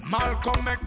Malcolm